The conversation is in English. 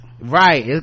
right